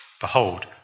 Behold